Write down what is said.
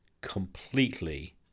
completely